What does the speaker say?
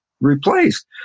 replaced